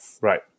Right